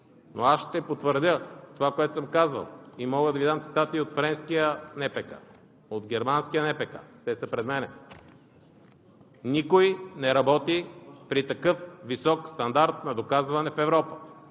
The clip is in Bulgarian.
Но аз ще потвърдя това, което съм казал, и мога да Ви дам цитати от френския НПК, от германския НПК – те са пред мен. Никой не работи при такъв висок стандарт на доказване в Европа!